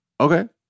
Okay